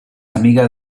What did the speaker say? amiga